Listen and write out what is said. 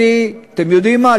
אתם יודעים מה?